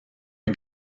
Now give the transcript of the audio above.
you